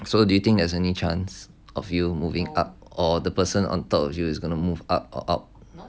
so do you think there's any chance of you moving up or the person on top of you is going to move up or out